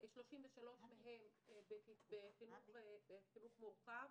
33 מהן בחינוך מורכב,